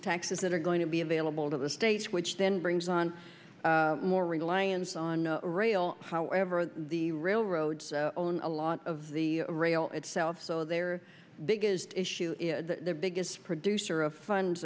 taxes that are going to be available to the states which then brings on more reliance on rail however the railroads own a lot of the rail itself so there biggest issue is the biggest producer of fund